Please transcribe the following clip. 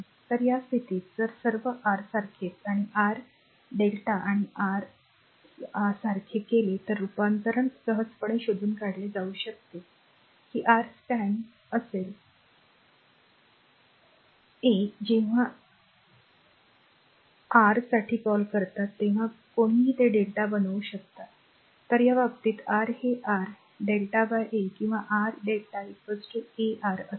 तर या स्थितीत जर सर्व R सारखेच आणि R Δ आणि R सर्व R सारखे केले तर रूपांतरण सहजपणे शोधून काढले जाऊ शकते की R स्टँड R असेल a जेव्हा a म्हणा आणि जेव्हा r साठी कॉल करता तेव्हा कोणीही ते lrmΔ बनवू शकता तर त्या बाबतीत R हे R lrmΔ a किंवा R Δ r a R असेल